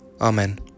Amen